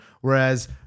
Whereas